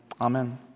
Amen